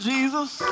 Jesus